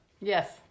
yes